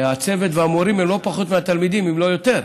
הצוות והמורים הם לא פחות מהתלמידים, אם לא יותר.